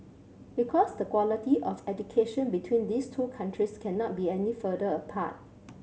because the quality of education between these two countries cannot be any further apart